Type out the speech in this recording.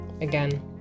again